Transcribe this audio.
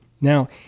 now